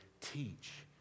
Teach